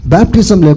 Baptism